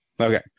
okay